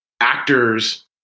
actors